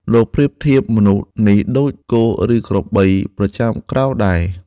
លោកប្រៀបធៀបមនុស្សនេះដូចគោ ឬក្របីប្រចាំក្រោលដែរ ។